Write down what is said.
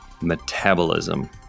metabolism